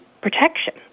protection